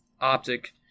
Optic